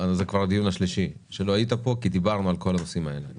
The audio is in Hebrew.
זה כבר הדיון השלישי שלא היית פה כי דיברנו על כל הנושאים האלה,